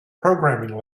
programming